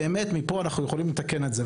באמת מכאן אנחנו יכולים לתקן את זה.